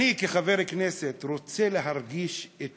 אני כחבר כנסת רוצה להרגיש את